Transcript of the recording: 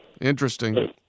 Interesting